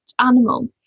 animal